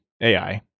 AI